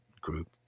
group